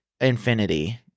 infinity